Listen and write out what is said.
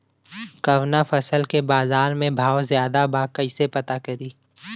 कवना फसल के बाजार में भाव ज्यादा बा कैसे पता करि?